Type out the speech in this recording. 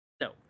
No